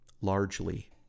largely